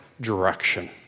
direction